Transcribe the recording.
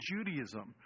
Judaism